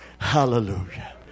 Hallelujah